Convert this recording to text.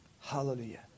Hallelujah